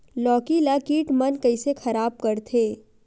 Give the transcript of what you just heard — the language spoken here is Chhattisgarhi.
लौकी ला कीट मन कइसे खराब करथे?